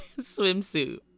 swimsuit